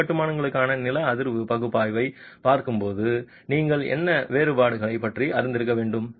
கொத்து கட்டுமானங்களுக்கான நில அதிர்வு பகுப்பாய்வைப் பார்க்கும்போது நீங்கள் என்ன வேறுபாடுகளைப் பற்றி அறிந்திருக்க வேண்டும்